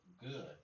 good